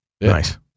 Nice